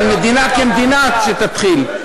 אבל מדינה כמדינה, שתתחיל.